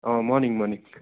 अँ morning morning